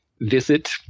visit